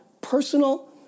personal